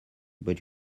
but